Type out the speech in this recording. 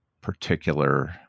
particular